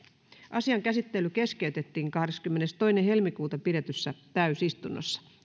asian käsittely keskeytettiin kahdeskymmenestoinen toista kaksituhattayhdeksäntoista pidetyssä täysistunnossa